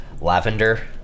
Lavender